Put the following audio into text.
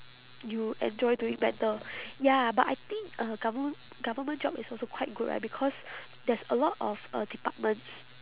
you enjoy doing better ya but I think uh government government job is also quite good right because there's a lot of uh departments